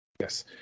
Yes